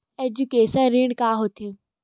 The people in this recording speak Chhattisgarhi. एजुकेशन ऋण का होथे?